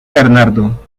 bernardo